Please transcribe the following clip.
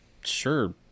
sure